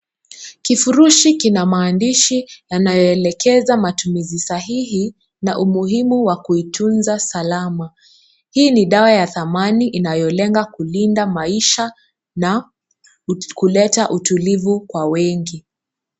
Kifurushi kina maandishi yanayoelekeza matumizi sahihi na umuhimu wa kuitunza salama. Hii ni dawa ya thamani inayolenga kulinda maisha na kuleta utulivu kwa wengi.